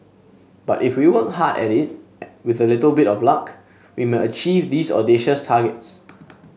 but if we work hard at it with a little bit of luck we may achieve these audacious targets